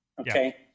Okay